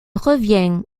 revient